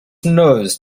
nose